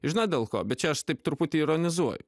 žinot dėl ko bet čia aš taip truputį ironizuoju